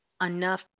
enough